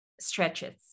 stretches